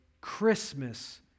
Christmas